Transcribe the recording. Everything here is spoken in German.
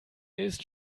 ist